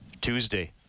Tuesday